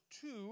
two